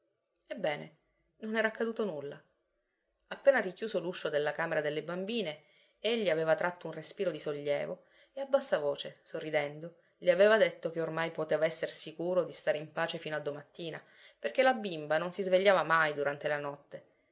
ebbene non era accaduto nulla appena richiuso l'uscio della camera delle bambine egli aveva tratto un respiro di sollievo e a bassa voce sorridendo le aveva detto che ormai poteva esser sicuro di stare in pace fino a domattina perché la bimba non si svegliava mai durante la notte